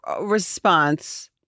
response